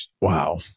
Wow